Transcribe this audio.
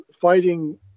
fighting